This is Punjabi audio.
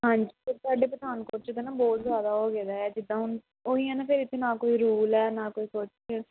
ਹਾਂਜੀ ਸਰ ਸਾਡੇ ਪਠਾਨਕੋਟ 'ਚ ਤਾਂ ਨਾ ਬਹੁਤ ਜ਼ਿਆਦਾ ਹੋ ਗਿਆ ਵਾ ਜਿੱਦਾਂ ਹੁਣ ਉਹੀ ਆ ਨਾ ਸਰ ਇੱਥੇ ਨਾ ਕੋਈ ਰੂਲ ਹੈ ਨਾ ਕੋਈ ਕੁਛ